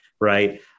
right